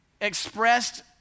expressed